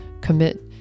commit